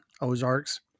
Ozarks